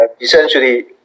Essentially